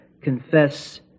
confess